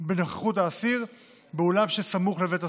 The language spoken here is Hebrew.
בנוכחות האסיר באולם שסמוך לבית הסוהר.